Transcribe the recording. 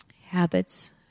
Habits